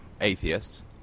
atheists